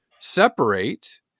separate